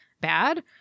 bad